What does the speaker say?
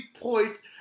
points